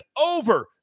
over